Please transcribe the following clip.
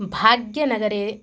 भाग्यनगरे